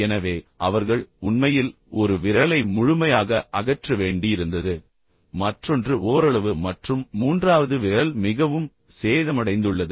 எனவே அவர்கள் உண்மையில் ஒரு விரலை முழுமையாக அகற்ற வேண்டியிருந்தது மற்றொன்று ஓரளவு மற்றும் மூன்றாவது விரல் மிகவும் சேதமடைந்துள்ளது